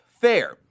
fair